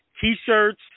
T-shirts